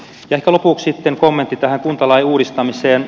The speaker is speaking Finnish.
ehkä lopuksi sitten kommentti tähän kuntalain uudistamiseen